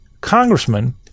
congressman